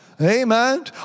Amen